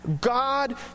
God